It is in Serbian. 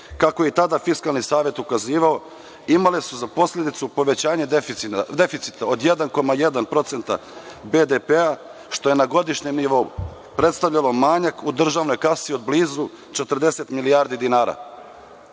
kako je tada Fiskalni savet, ukazivao imali su za posledicu povećanja deficita od 1,1% BDP, što je na godišnjem nivou predstavljalo manjak u državnoj kasi od blizu 40 milijardi dinara.